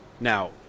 now